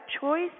choice